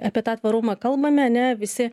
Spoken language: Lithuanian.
apie tą tvarumą kalbame ane visi